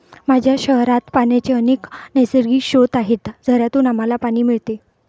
माझ्या शहरात पाण्याचे अनेक नैसर्गिक स्रोत आहेत, झऱ्यांतून आम्हाला पाणी मिळते